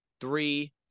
three